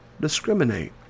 discriminate